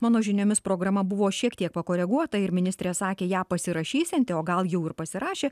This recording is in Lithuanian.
mano žiniomis programa buvo šiek tiek pakoreguota ir ministrė sakė ją pasirašysianti o gal jau ir pasirašė